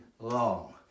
long